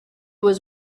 was